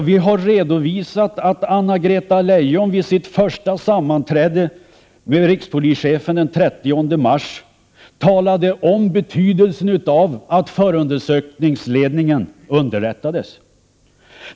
Vi har redovisat att Anna-Greta Leijon vid sitt första sammanträde med rikspolischefen, den 30 mars, talade om betydelsen av att förundersökningsledningen underrättades.